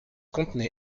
contenait